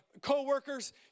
coworkers